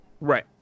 Right